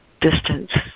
distance